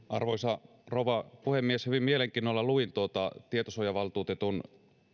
arvoisa rouva puhemies hyvin mielenkiinnolla luin tuota tietosuojavaltuutetun